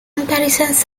comparisons